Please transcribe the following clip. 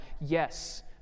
Yes